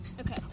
okay